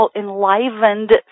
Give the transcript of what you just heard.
enlivened